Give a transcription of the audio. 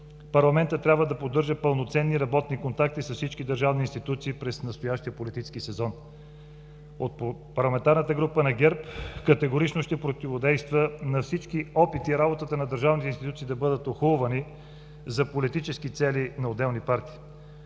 Парламентът трябва да поддържа пълноценни работни контакти с всички държавни институции през настоящия политически сезон. Парламентарната група на ГЕРБ категорично ще противодейства на всички опити работата на държавните институции да бъдат охулвани за политически цели на отделни партии.